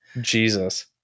Jesus